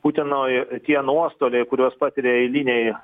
putinui tie nuostoliai kuriuos patiria eiliniai